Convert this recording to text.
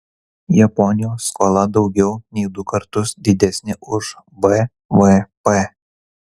japonijos skola daugiau nei du kartus didesnė už bvp